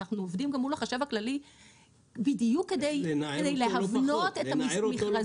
אנחנו עובדים גם מול החשב הכללי בדיוק כדי להבנות את המכרזים.